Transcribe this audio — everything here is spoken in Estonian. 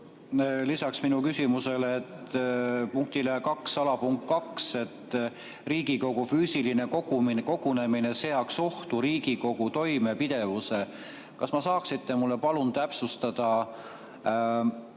lisaks minu küsimusele punkti 2.2 kohta, et Riigikogu füüsiline kogunemine seaks ohtu Riigikogu toimepidevuse. Kas te saaksite mulle, palun, täpsustada,